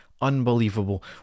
unbelievable